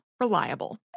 reliable